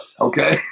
okay